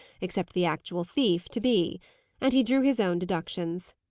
except the actual thief, to be and he drew his own deductions.